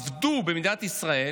עבדו במדינת ישראל